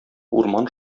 урман